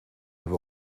have